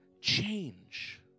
change